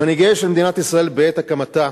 מנהיגיה של מדינת ישראל בעת הקמתה